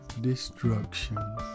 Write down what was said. destruction